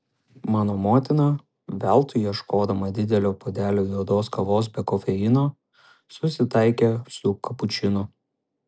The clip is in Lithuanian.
mano motina veltui ieškodama didelio puodelio juodos kavos be kofeino susitaikė su kapučinu